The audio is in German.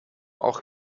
auch